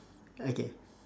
okay